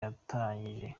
yatangiye